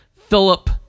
Philip